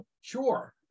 Sure